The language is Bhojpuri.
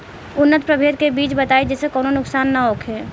उन्नत प्रभेद के बीज बताई जेसे कौनो नुकसान न होखे?